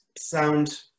Sound